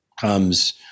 comes